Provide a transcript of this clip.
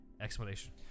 explanation